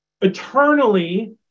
eternally